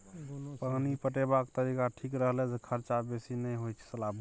पानि पटेबाक तरीका ठीक रखला सँ खरचा बेसी नहि होई छै